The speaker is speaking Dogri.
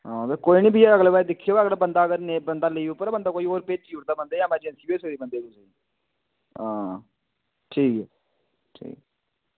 हां ते कोई निं फ्ही अगले बारी दिक्खेओ अगर बंदा अगर नेईं बंदा नेईं अगर बंदा लीव उप्पर ऐ ते बंदा होर भेजी ओड़दा बंदे ई कोई ऐमरजेंसी बी होई सकदी बंदे ई कुसै हां ठीक ऐ ठीक